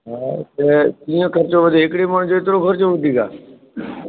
हा त कीअं ख़र्चो वधे हिकिड़े माण्हू जो हेतिरो ख़र्चो वधीक आहे